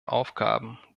aufgaben